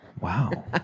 Wow